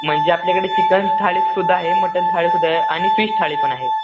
म्हणजे आपल्याकडे चिकन थाळी सुद्धा आहे मटन थाळी सुद्धा आहे आणि फिश थाळी पण आहे